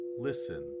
listen